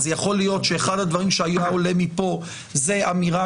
יכול להיות שאחד הדברים שהיה עולה מפה זה אמירה